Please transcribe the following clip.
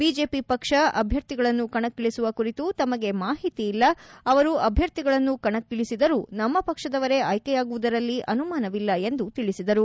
BJP ಪಕ್ಷ ಅಭ್ಯರ್ಥಿಗಳನ್ನು ಕಣಕ್ಕಿಳಿಸುವ ಕುರಿತು ತಮಗೆ ಮಾಹಿತಿ ಇಲ್ಲ ಅವರು ಅಭ್ಯರ್ಥಿಗಳನ್ನು ಕಣಕ್ಕಿಳಿಸಿದರು ನಮ್ಮ ಪಕ್ಷದವರೇ ಆಯ್ಕೆಯಾಗುವುದರಲ್ಲಿ ಅನುಮಾನವಿಲ್ಲ ಎಂದು ತಿಳಿಸಿದರು